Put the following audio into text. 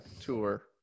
Tour